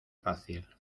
fácil